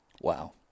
Wow